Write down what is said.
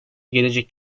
gelecek